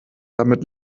damit